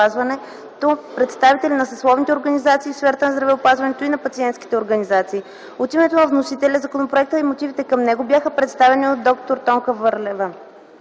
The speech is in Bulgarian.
представители на съсловните организации в сферата на здравеопазването и на пациентските организации. От името на вносителя законопроектът и мотивите към него бяха представени от д-р Тонка Върлева.